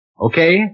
Okay